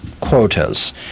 quotas